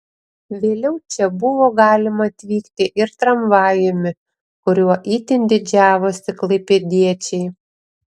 vėliau čia buvo galima atvykti ir tramvajumi kuriuo itin didžiavosi klaipėdiečiai